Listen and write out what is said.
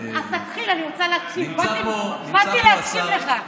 אז תתחיל, אני רוצה להקשיב, באתי להקשיב לך.